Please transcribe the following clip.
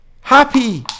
Happy